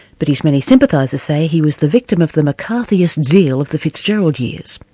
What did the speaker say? but his many sympathisers say he was the victim of the mccarthyist zeal of the fitzgerald years.